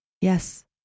Yes